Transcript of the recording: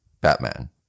Batman